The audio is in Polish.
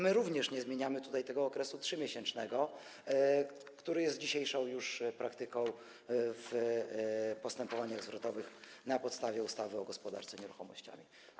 My również nie zmieniamy tutaj tego okresu 3-miesięcznego, który jest już dzisiejszą praktyką w postępowaniach zwrotowych na podstawie ustawy o gospodarce nieruchomościami.